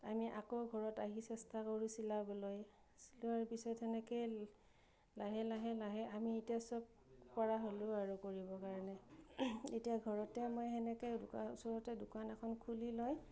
আমি আকৌ ঘৰত আহি চেষ্টা কৰোঁ চিলাবলৈ চিলোৱাৰ পিছত সেনেকৈ লাহে লাহে লাহে আমি এতিয়া চব পৰা হ'লো আৰু কৰিব কাৰণে এতিয়া ঘৰতে মই সেনেকৈ ওচৰতে দোকান এখন খুলি লৈ